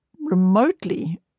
remotely